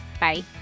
Bye